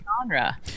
genre